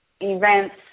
events